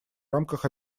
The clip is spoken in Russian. рамках